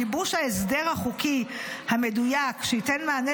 גיבוש ההסדר החוקי המדויק שייתן מענה